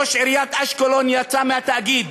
ראש עיריית אשקלון יצא מהתאגיד.